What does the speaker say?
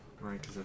right